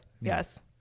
Yes